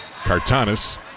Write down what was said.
Cartanis